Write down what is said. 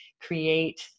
create